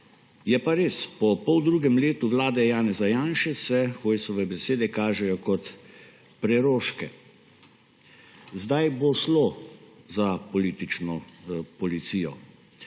Je pa res, po poldrugem letu vlade Janeza Janše se Hojsove besede kažejo kot preroške. Zdaj bo šlo za politično policijo.